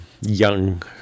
young